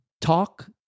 talk